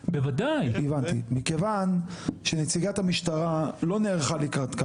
ובאמת נציגה שלהם שהיא עורכת דין נמצאת